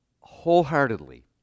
wholeheartedly